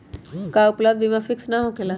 का उपलब्ध बीमा फिक्स न होकेला?